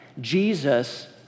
Jesus